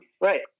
right